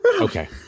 Okay